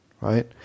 right